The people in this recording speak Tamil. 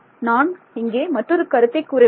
நான் இங்கே மற்றொரு கருத்தை கூற வேண்டும்